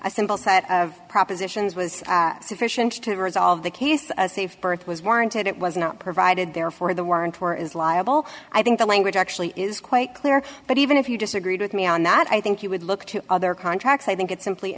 a simple set of propositions was sufficient to resolve the case a safe birth was warranted it was not provided therefore the warrant for is liable i think the language actually is quite clear but even if you disagreed with me on that i think you would look to other contracts i think it's simply